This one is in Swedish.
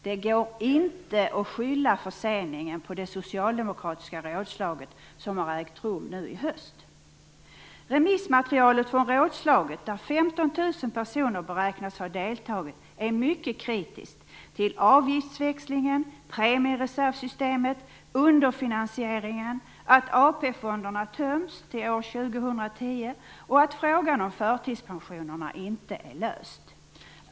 Det går inte att skylla förseningen på det socialdemokratiska rådslaget som har ägt rum nu i höst. I remissmaterialet från rådslaget, där 15 000 personer beräknas ha deltagit, är man mycket kritisk till avgiftsväxlingen, premiereservsystemet, underfinansieringen, att AP-fonderna töms till år 2010 och till att problemet med förtidspensionerna inte är löst.